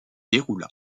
déroula